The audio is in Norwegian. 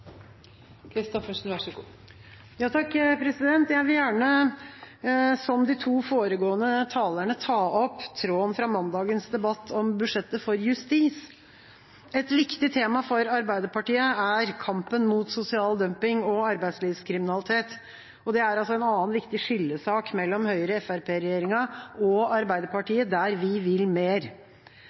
vil gjerne, som de to foregående talerne, ta opp tråden fra mandagens debatt om budsjettet for justissektoren. Et viktig tema for Arbeiderpartiet er kampen mot sosial dumping og arbeidslivskriminalitet. Dette er en annen viktig skillesak mellom Høyre–Fremskrittsparti-regjeringa og Arbeiderpartiet, der vi vil mer.